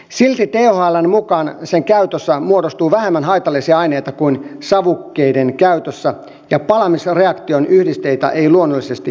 silti thln mukaan sen käytössä muodostuu vähemmän haitallisia aineita kuin savukkeiden käytössä ja palamisreaktion yhdisteitä ei luonnollisesti ole